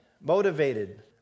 motivated